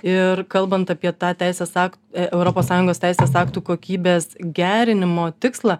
ir kalbant apie tą teisės ak europos sąjungos teisės aktų kokybės gerinimo tikslą